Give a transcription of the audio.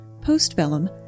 Post-bellum